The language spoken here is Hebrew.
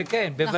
נכון.